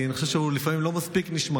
כי אני חושב שלפעמים הוא לא מספיק נשמע: